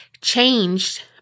changed